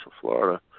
Florida